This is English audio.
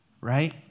right